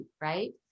right